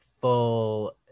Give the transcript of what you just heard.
full